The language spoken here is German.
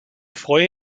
freue